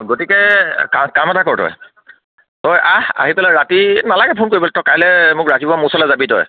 গতিকে কাম এটা কৰ তই তই আহ আহি পেলাই ৰাতি নালাগে ফোন কৰিব তই কাইলে মোক ৰাতিপুৱা মোৰ ওচৰলে যাবি তই